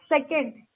second